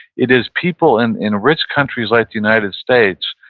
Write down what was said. it is people in in rich countries like the united states,